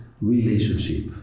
relationship